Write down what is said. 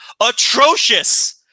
atrocious